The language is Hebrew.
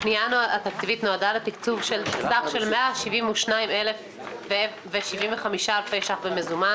הפנייה התקציבית נועדה לתקצוב סך של 172,075 אלפי ש"ח במזומן